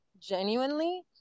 genuinely